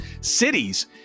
cities